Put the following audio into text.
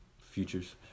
futures